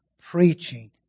preaching